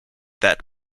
that